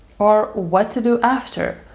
or what to do after?